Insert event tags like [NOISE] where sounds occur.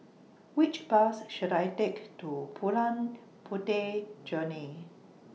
Which Bus should I Take to [UNINTELLIGIBLE] Puteh Jerneh